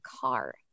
car